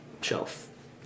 shelf